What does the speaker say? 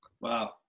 Wow